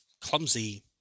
clumsy